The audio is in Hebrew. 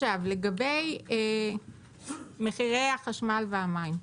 לגבי מחירי החשמל והמים,